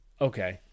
Okay